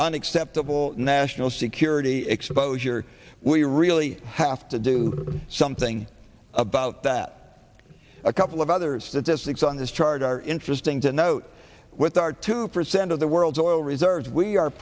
unacceptable national security exposure we really have to do something about that a couple of other statistics on this chart are interesting to note with our two percent of the world's oil reserves we are